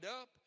up